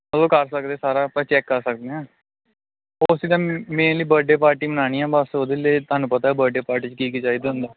ਮਤਲਬ ਕਰ ਸਕਦੇ ਸਾਰਾ ਆਪਾਂ ਚੈੱਕ ਕਰ ਸਕਦੇ ਹਾਂ ਉਸੀ ਦਿਨ ਮੇਨਲੀ ਬਰਡੇ ਪਾਰਟੀ ਮਨਾਉਣੀ ਆ ਬਸ ਉਹਦੇ ਲਈ ਤੁਹਾਨੂੰ ਪਤਾ ਬਰਡੇ ਪਾਰਟੀ 'ਚ ਕੀ ਕੀ ਚਾਹੀਦਾ ਹੁੰਦਾ